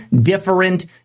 different